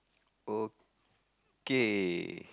okay